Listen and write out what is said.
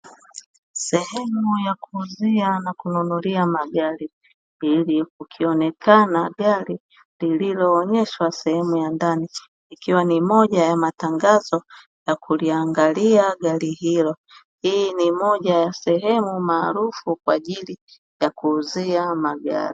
Sehemu ya kuuzia na kununulia magari, likionekana gari lililoonyeshwa sehemu ya ndani, ikiwa ni moja ya matangazo ya kuliangalia gari hilo. Hii ni moja ya sehemu maarufu kwa ajili ya kuuzia magari.